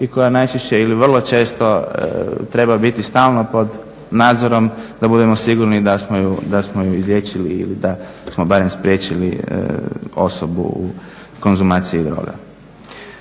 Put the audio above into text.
i koja najčešće ili vrlo često treba biti stalno pod nadzorom da budemo sigurni da smo je izliječili ili da smo barem spriječili osobu u konzumaciji droga.